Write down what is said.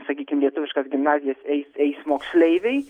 sakykim lietuviškas gimnazijas eis eis moksleiviai